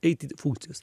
eiti funkcijas